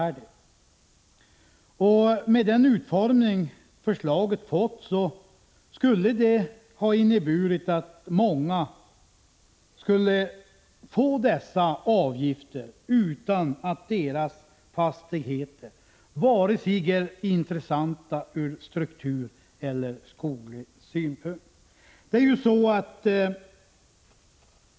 Förslaget skulle med den utformning det fått ha inneburit att många fastighetsägare skulle ha ålagts avgifter utan att deras fastigheter varit intressanta vare sig ut struktursynpunkt eller skoglig synpunkt.